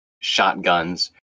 shotguns